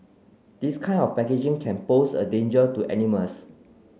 this kind of packaging can pose a danger to animals